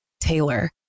Taylor